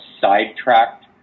sidetracked